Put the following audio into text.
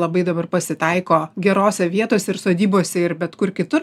labai dabar pasitaiko gerose vietose ir sodybose ir bet kur kitur